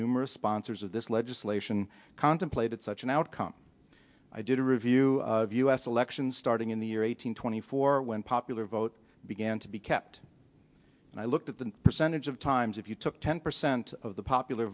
numerous sponsors of this legislation contemplated such an outcome i did a review of u s elections starting in the year eight hundred twenty four when popular vote began to be kept and i looked at the percentage of times if you took ten percent of the popular